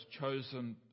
chosen